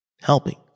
helping